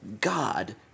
God